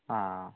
ആ